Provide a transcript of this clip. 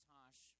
Tosh